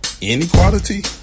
inequality